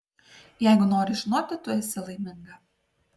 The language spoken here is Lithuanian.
jeigu nori žinoti tu esi laiminga